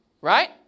right